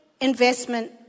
investment